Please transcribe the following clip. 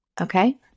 okay